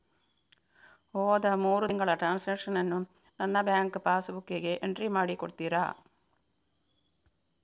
ಹೋದ ಮೂರು ತಿಂಗಳ ಟ್ರಾನ್ಸಾಕ್ಷನನ್ನು ನನ್ನ ಬ್ಯಾಂಕ್ ಪಾಸ್ ಬುಕ್ಕಿಗೆ ಎಂಟ್ರಿ ಮಾಡಿ ಕೊಡುತ್ತೀರಾ?